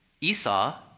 esau